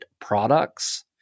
products